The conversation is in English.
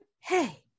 hey